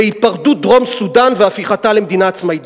להיפרדות דרום-סודן והפיכתה למדינה עצמאית.